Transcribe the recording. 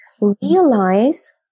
Realize